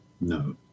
No